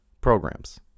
programs